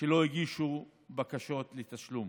שלא הגישו בקשות לתשלום.